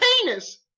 penis